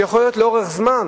זה יכול להיות לאורך זמן,